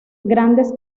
grandes